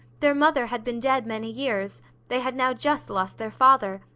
their mother had been dead many years they had now just lost their father,